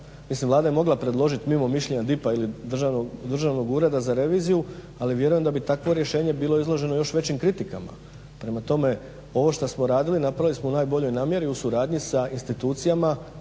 Vlada je mogla predložit mimo mišljenja DIP-a ili Državnog ureda za reviziju ali vjerujem da bi takvo rješenje bilo izloženo još većim kritikama, prema tome ovo što smo radili napravili smo u najboljoj namjeri u suradnji sa institucijama